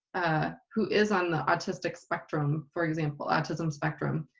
who is on the autistic spectrum for example autism spectrum